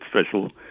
special